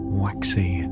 waxy